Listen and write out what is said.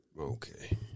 Okay